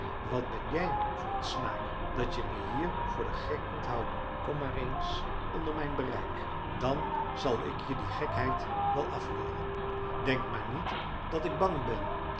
wat ben jij voor een snaak dat je me hier voor den gek komt houden kom maar eens onder mijn bereik dan zal ik je die gekheid wel afleeren denk maar niet dat ik bang ben